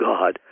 God